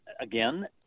Again